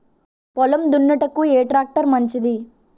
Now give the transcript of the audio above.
పొలం దున్నుటకు ఏ ట్రాక్టర్ మంచిది?